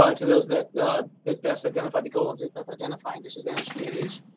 um to those that the best identified the goal of of identifying disadvantage communities.